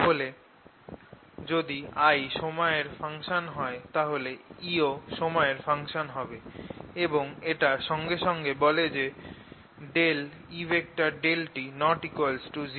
তাহলে যদি I সময়ের ফাংশন হয় তাহলে E ও সময়ের ফাংশন হবে এবং এটা সঙ্গে সঙ্গে বলে যে E∂t≠0